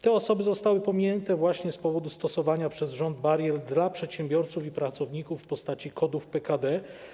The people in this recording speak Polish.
Te osoby zostały pominięte z powodu stosowania przez rząd barier dla przedsiębiorców i pracowników w postaci kodów PKD.